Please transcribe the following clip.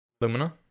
Lumina